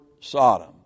Sodom